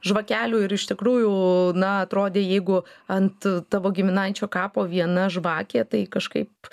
žvakelių ir iš tikrųjų na atrodė jeigu ant tavo giminaičio kapo viena žvakė tai kažkaip